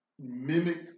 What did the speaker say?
mimic